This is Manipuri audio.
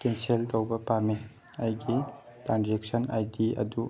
ꯀꯦꯟꯁꯦꯜ ꯇꯧꯕ ꯄꯥꯝꯃꯤ ꯑꯩꯒꯤ ꯇ꯭ꯔꯥꯟꯖꯦꯛꯁꯟ ꯑꯥꯏ ꯗꯤ ꯑꯗꯨ